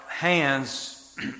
Hands